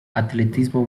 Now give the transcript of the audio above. atletismo